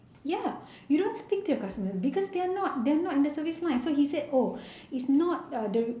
ya you don't speak to your customers because they are not they are not in the service line so he said oh is not uh the